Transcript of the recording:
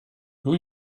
who